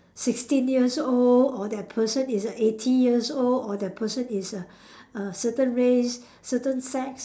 sixteen years old or that person is a eighty years old or that person is a a certain race certain sex